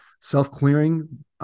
self-clearing